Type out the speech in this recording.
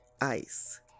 ice